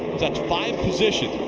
that's five positions.